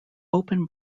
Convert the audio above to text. open